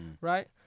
right